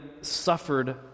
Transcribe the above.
suffered